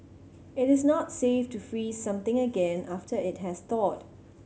it is not safe to freeze something again after it has thawed